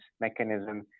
mechanism